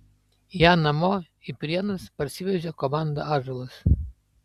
ją namo į prienus parsivežė komanda ąžuolas